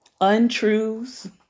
untruths